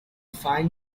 file